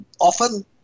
often